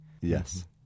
Yes